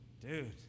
dude